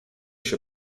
się